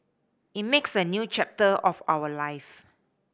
it makes a new chapter of our life